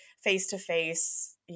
face-to-face